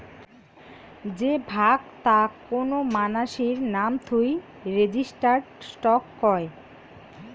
যে ভাগ তা কোন মানাসির নাম থুই রেজিস্টার্ড স্টক কয়